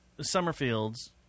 Summerfield's